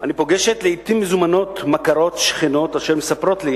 אני פוגשת לעתים מזומנות מכרות/שכנות אשר מספרות לי